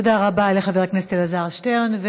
תודה רבה לחבר הכנסת אלעזר שטרן.